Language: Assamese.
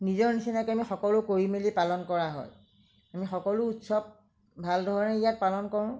নিজৰ নিচিনাকৈ অমি সকলো কৰি মেলি পালন কৰা হয় আমি সকলো উৎসৱ ভাল ধৰণেই ইয়াত পালন কৰোঁ